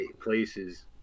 places